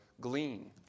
glean